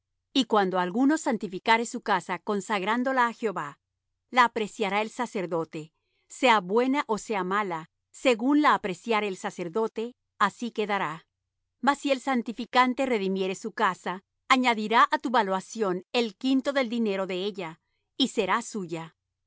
y cuando alguno santificare su casa consagrándola á jehová la apreciará el sacerdote sea buena ó sea mala según la apreciare el sacerdote así quedará mas si el santificante redimiere su casa añadirá á tu valuación el quinto del dinero de ella y será suya